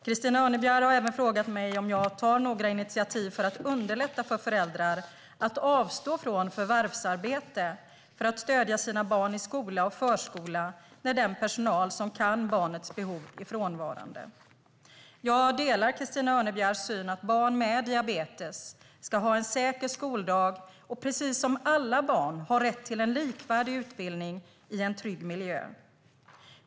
Christina Örnebjär har även frågat mig om jag tar några initiativ för att underlätta för föräldrar att avstå från förvärvsarbete för att stödja sina barn i skola och förskola när den personal som känner till barnets behov är frånvarande. Jag delar Christina Örnebjärs syn att barn med diabetes ska ha en säker skoldag och precis som alla barn ha rätt till en likvärdig utbildning i en trygg miljö.